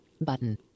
button